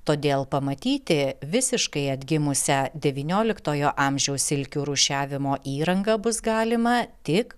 todėl pamatyti visiškai atgimusią devynioliktojo amžiaus silkių rūšiavimo įrangą bus galima tik